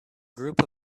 group